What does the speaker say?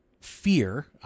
fear